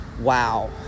wow